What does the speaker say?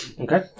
Okay